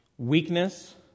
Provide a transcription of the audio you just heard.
Weakness